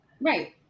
Right